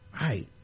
Right